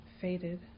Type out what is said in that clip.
faded